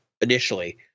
initially